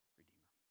redeemer